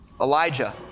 Elijah